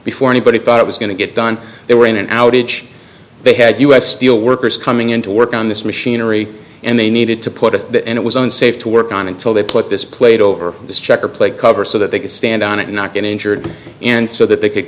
before anybody thought it was going to get done they were in an outage they had u s steel workers coming in to work on this machinery and they needed to put at the end it was unsafe to work on until they put this plate over this checker plate cover so that they could stand on it not get injured and so that they could